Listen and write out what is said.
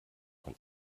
von